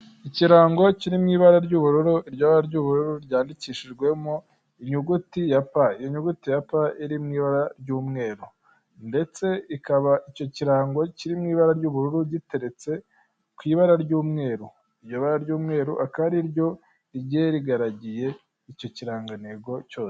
Ikirango kiri mu ibara ry'ubururu, iryo bara ry'ubururu ryandikishijwemo inyuguti inyuguti ya pa, iyo nyuguti ya pa iri mu ibara ry'umweru ndetse ikaba icyo kirango kiri mu ibara ry'ubururu giteretse ku ibara ry'umweru, iryo bara ry'umweru akaba ari ryo rigiye rigaragiye icyo kirangantego cyose.